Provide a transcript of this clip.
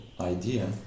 idea